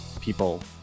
people